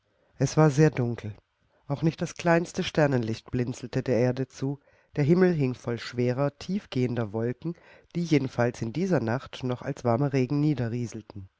es war sehr dunkel auch nicht das kleinste sternenlicht blinzelte der erde zu der himmel hing voll schwerer tiefgehender wolken die jedenfalls in dieser nacht noch als warmer regen